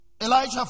Elijah